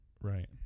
Right